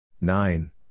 Nine